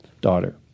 daughter